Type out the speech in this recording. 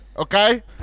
Okay